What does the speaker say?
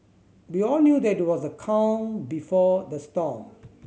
we all knew that it was the calm before the storm